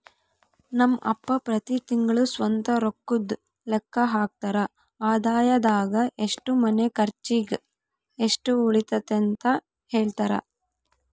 ನಮ್ ಅಪ್ಪ ಪ್ರತಿ ತಿಂಗ್ಳು ಸ್ವಂತ ರೊಕ್ಕುದ್ ಲೆಕ್ಕ ಹಾಕ್ತರ, ಆದಾಯದಾಗ ಎಷ್ಟು ಮನೆ ಕರ್ಚಿಗ್, ಎಷ್ಟು ಉಳಿತತೆಂತ ಹೆಳ್ತರ